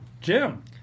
Jim